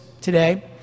today